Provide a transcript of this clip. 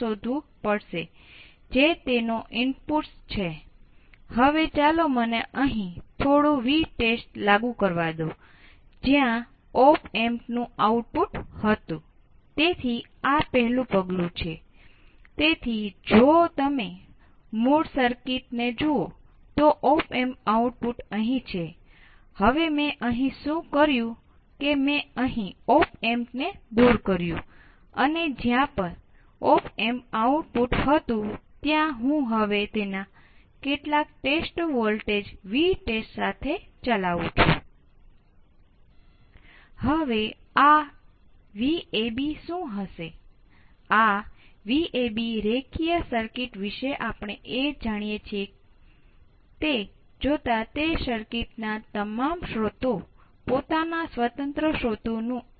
વાસ્તવિકતામાં V0 પરની મર્યાદા વીજ પુરવઠા વચ્ચેના તફાવત કરતા થોડી ઓછી હશે એટલે કે તે VDD સુધી ઉપર જઈ શકતી નથી અને ન તો તે VSS સુધી નીચે જઈ શકે છે